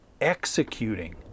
executing